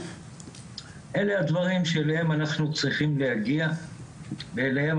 אלה הדברים שאליהם אנחנו צריכים להגיע ואליהם